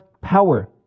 power